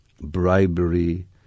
bribery